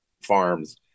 farms